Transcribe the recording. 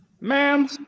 ma'am